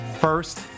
first